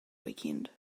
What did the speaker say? weekend